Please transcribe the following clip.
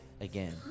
again